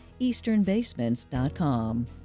easternbasements.com